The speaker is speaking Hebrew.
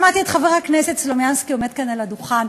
שמעתי את חבר הכנסת סלומינסקי עומד כאן על הדוכן.